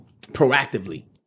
proactively